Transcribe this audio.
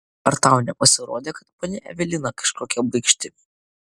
ar tau nepasirodė kad ponia evelina kažkokia baikšti